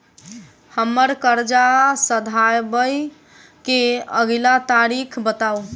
हम्मर कर्जा सधाबई केँ अगिला तारीख बताऊ?